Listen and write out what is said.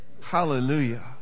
Hallelujah